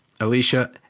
Alicia